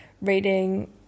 reading